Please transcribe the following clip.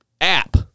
app